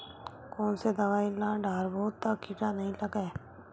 कोन से दवाई ल डारबो त कीड़ा नहीं लगय?